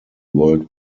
world